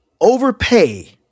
overpay